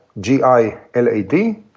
G-I-L-A-D